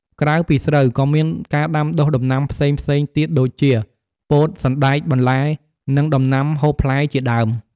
ក្រៅពីស្រូវ ក៏មានការដាំដុះដំណាំផ្សេងៗទៀតដូចជា ពោត សណ្ដែក បន្លែ និងដំណាំហូបផ្លែជាដើម។